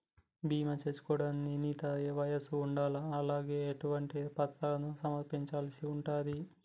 బీమా చేసుకోవడానికి నిర్ణీత వయస్సు ఉండాలా? అలాగే ఎటువంటి పత్రాలను సమర్పించాల్సి ఉంటది?